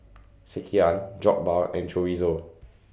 Sekihan Jokbal and Chorizo